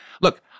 Look